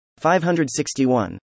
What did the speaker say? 561